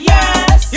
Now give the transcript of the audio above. Yes